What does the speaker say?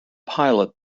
pilot